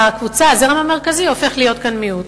והזרם המרכזי הופך להיות כאן מיעוט.